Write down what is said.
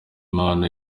impano